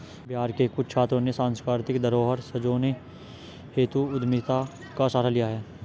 बिहार के कुछ छात्रों ने सांस्कृतिक धरोहर संजोने हेतु उद्यमिता का सहारा लिया है